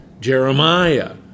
Jeremiah